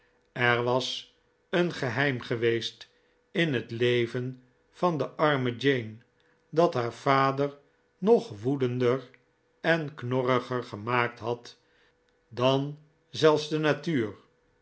er was een geheim geweest in het leven van de arrae jane dat haar vader nog woedender en knorriger gemaakt had dan zelfs de natuur